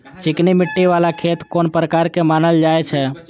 चिकनी मिट्टी बाला खेत कोन प्रकार के मानल जाय छै?